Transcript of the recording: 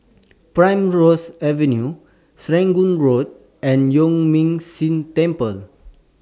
Primrose Avenue Serangoon Road and Yuan Ming Si Temple